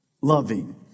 loving